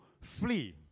Flee